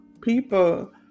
People